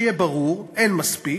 שיהיה ברור, אין מספיק.